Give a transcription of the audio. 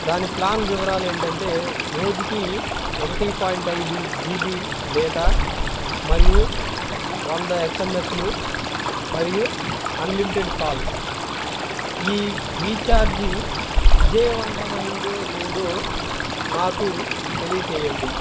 దాని ప్లాన్ వివరాలు ఏంటంటే రోజుకి ఒకటి పాయింట్ ఐదు జీ బి డేటా మరియు వంద ఎస్ ఎం ఎస్లు మరియు అన్లిమిటెడ్ కాల్స్ ఈ రీఛార్జ్ విజయవంతమైందో లేదో నాకు తెలియజేయండి